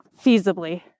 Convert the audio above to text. feasibly